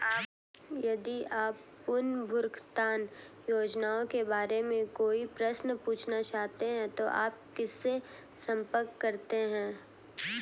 यदि आप पुनर्भुगतान योजनाओं के बारे में कोई प्रश्न पूछना चाहते हैं तो आप किससे संपर्क करते हैं?